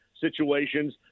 situations